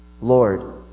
Lord